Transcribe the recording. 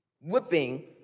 whipping